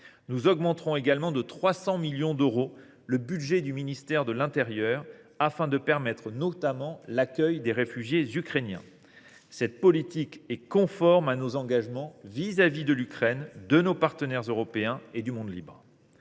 Nous augmenterons également de 300 millions d’euros le budget du ministère de l’intérieur afin de permettre notamment l’accueil des réfugiés ukrainiens. Cette politique est conforme à nos engagements vis à vis de l’Ukraine, de nos partenaires européens et du monde libre.